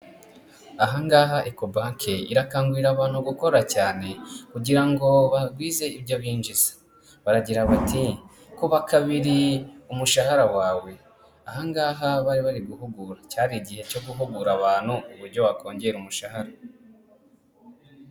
Aha ngaha eko banke irakangurira abantu gukora cyane kugira ngo bagwize ibyo binjiza, baragira bati kuba kabiri umushahara wawe, aha ngaha bari bari guhugura, cyari igihe cyo guhugura abantu uburyo wakongera umushahara.